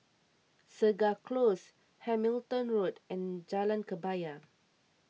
Segar Close Hamilton Road and Jalan Kebaya